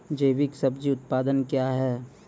जैविक सब्जी उत्पादन क्या हैं?